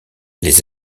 les